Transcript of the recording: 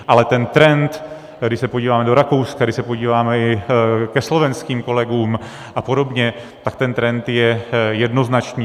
Ale ten trend, když se podíváme do Rakouska, když se podíváme i ke slovenským kolegům a podobně, tak ten trend je jednoznačný.